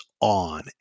on